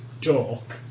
Talk